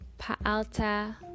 Pa'alta